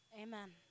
Amen